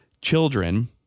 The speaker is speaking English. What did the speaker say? Children